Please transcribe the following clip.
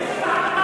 לאיזו ועדה?